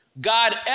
God